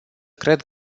cred